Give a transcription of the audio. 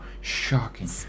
shocking